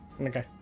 Okay